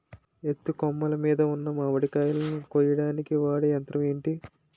ఎత్తు కొమ్మలు మీద ఉన్న మామిడికాయలును కోయడానికి వాడే యంత్రం ఎంటి?